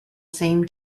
same